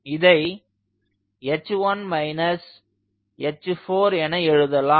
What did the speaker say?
இதை h1 h4 என எழுதலாம்